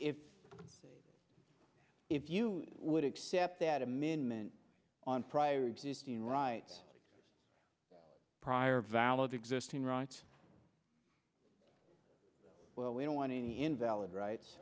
if if you would accept that amendment on prior existing right prior valid existing rights well we don't want any invalid rights